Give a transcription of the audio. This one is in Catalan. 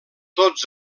tots